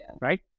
Right